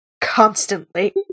constantly